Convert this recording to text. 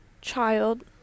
child